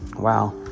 wow